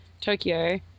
Tokyo